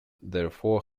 therefore